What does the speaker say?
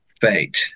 fate